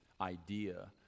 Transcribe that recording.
Idea